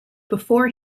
before